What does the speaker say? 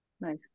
nice